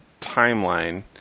timeline